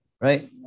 right